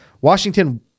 Washington